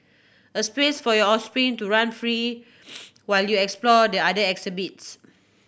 a space for your offspring to run free while you explore the other exhibits